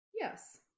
Yes